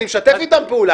אני משתף איתם פעולה,